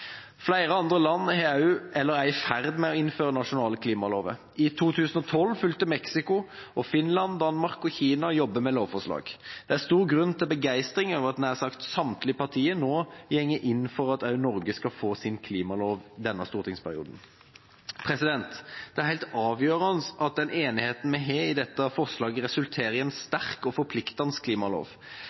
Flere andre land har innført, eller er i ferd med å innføre, nasjonale klimalover. I 2012 fulgte Mexico og så Finland og Danmark, og Kina jobber med lovforslag. Det er stor grunn til begeistring over at nær sagt samtlige partier nå går inn for at også Norge skal få sin klimalov i denne stortingsperioden. Det er helt avgjørende at den enigheten vi har når det gjelder dette forslaget, resulterer i en sterk og forpliktende klimalov.